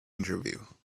interview